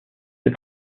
est